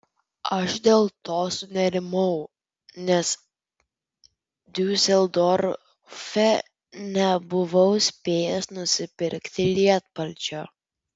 aš dėl to sunerimau nes diuseldorfe nebuvau spėjęs nusipirkti lietpalčio